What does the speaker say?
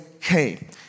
came